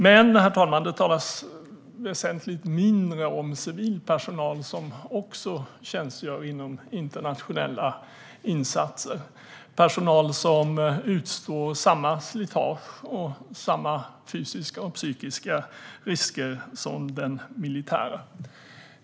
Men det talas väsentligt mindre om civil personal som också tjänstgör i internationella insatser - personal som utstår samma slitage och samma fysiska och psykiska risker som den militära personalen.